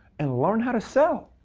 and learn how to sell.